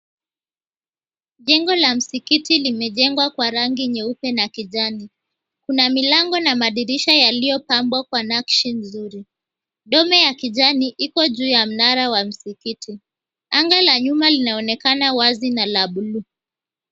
Jengo la msikiti limejengwa kwa rangi nyeupe na kijani. Kuna milango na madirisha yaliyopambwa kwa nakshi nzuri. Dome ya kijani iko juu ya mnara wa msikiti anga la nyumba linaonekana wazi na la buluu.